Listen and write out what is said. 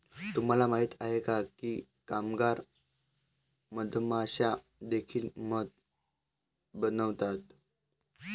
तुम्हाला माहित आहे का की कामगार मधमाश्या देखील मध बनवतात?